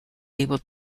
able